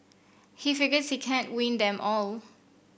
he figures he can't win them all